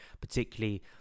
particularly